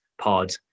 pod